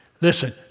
Listen